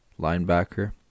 linebacker